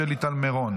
שלי טל מירון